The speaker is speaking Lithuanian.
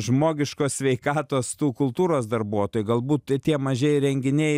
žmogiškos sveikatos tų kultūros darbuotojų galbūt tie mažieji renginiai